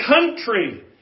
country